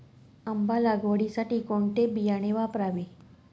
आंबा लागवडीसाठी कोणते बियाणे वापरावे?